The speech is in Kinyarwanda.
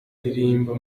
ndirimba